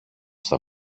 στα